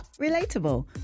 Relatable